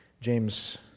James